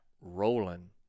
rolling